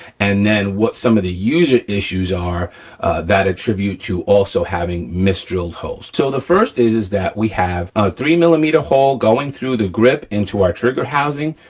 and then what some of the user issues are that attribute to also having mis-drilled holes. so the first is, is that we have a three millimeter hole going through the grip into our trigger housing.